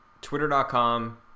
Twitter.com